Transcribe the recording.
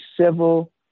civil